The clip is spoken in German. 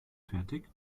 fertig